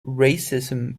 racism